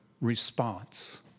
response